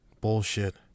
bullshit